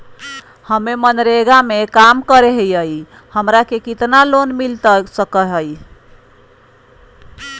हमे मनरेगा में काम करे हियई, हमरा के कितना लोन मिलता सके हई?